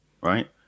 right